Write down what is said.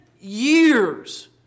years